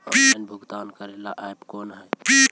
Online भुगतान करे बाला ऐप कौन है?